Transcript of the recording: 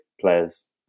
players